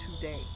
today